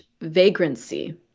vagrancy